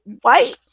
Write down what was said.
white